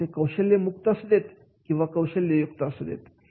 मग ते कौशल्य मुक्त असू देत किंवा नसु देत